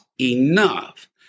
enough